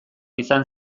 izan